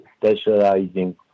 specializing